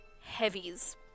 heavies